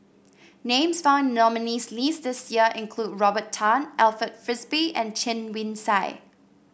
names found in the nominees' list this year include Robert Tan Alfred Frisby and Chen Wen Sai